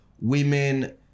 Women